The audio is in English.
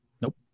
Nope